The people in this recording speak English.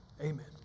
amen